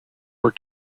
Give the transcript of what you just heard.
were